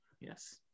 Yes